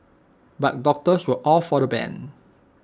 but doctors were all for the ban